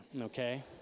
okay